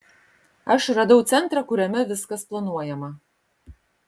aš radau centrą kuriame viskas planuojama